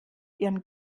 ihren